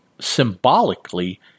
symbolically